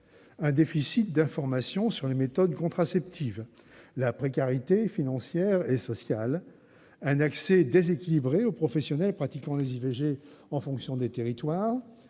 un déficit d'information sur les méthodes contraceptives, la précarité financière et sociale, un accès déséquilibré aux professionnels pratiquant les IVG en fonction des territoires,